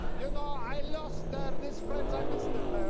you know, i lost these friends. i miss them. and